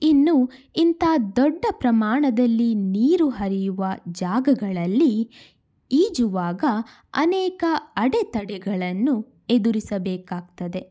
ಇನ್ನು ಇಂಥಾ ದೊಡ್ಡ ಪ್ರಮಾಣದಲ್ಲಿ ನೀರು ಹರಿಯುವ ಜಾಗಗಳಲ್ಲಿ ಈಜುವಾಗ ಅನೇಕ ಅಡೆತಡೆಗಳನ್ನು ಎದುರಿಸಬೇಕಾಗ್ತದೆ